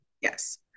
Yes